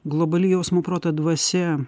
globali jausmų proto dvasia